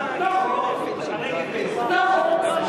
נכון.